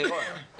לירון.